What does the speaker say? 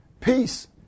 Peace